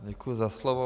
Děkuji za slovo.